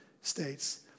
states